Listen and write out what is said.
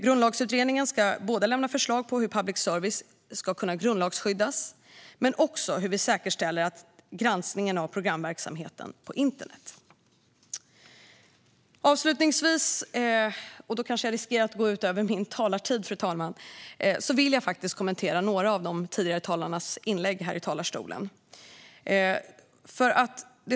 Grundlagsutredningen ska lämna förslag på både hur public service ska kunna grundlagsskyddas och hur vi säkerställer granskningen av programverksamheten på internet. Avslutningsvis vill jag, även om jag då riskerar att överskrida min talartid, fru talman, kommentera några av de tidigare talarnas inlägg här från talarstolen.